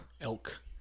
Elk